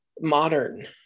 modern